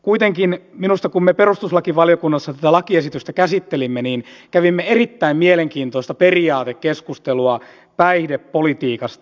kuitenkin minusta kun me perustuslakivaliokunnassa tätä lakiesitystä käsittelimme kävimme erittäin mielenkiintoista periaatekeskustelua päihdepolitiikasta